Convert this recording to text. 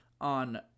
on